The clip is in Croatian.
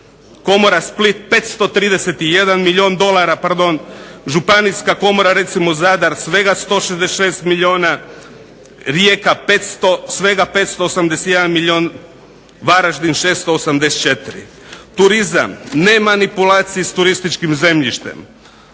komora Split 531 milijun dolara pardon, županijska komora recimo Zadar svega 166 milijuna, Rijeka svega 581 milijun, Varaždin 684. Turizam, ne manipulacije s turističkim zemljištem,